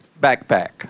backpack